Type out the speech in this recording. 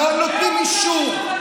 לא נותנים אישור.